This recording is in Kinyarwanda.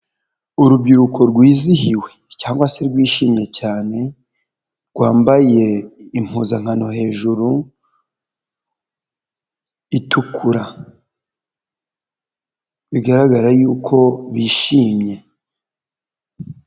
Urubyiruko rwizihiwe se rwishimye cyane, rwambaye impuzankano hejuru itukura bigaragara y'uko bishimye.